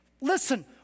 Listen